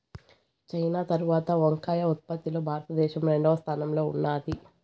China తరవాత వంకాయ ఉత్పత్తి లో భారత దేశం రెండవ స్థానం లో ఉన్నాది